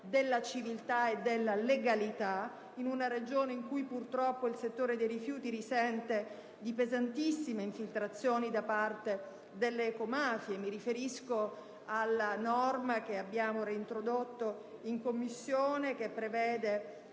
della civiltà e della legalità, in una Regione in cui purtroppo il settore dei rifiuti risente di pesantissime infiltrazioni da parte delle ecomafie. Mi riferisco alla norma, che abbiamo reintrodotto in Commissione, che prevede